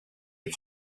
les